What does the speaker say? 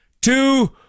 two